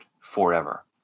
forever